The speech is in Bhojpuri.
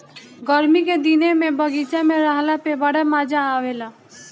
गरमी के दिने में बगीचा में रहला में बड़ा मजा आवेला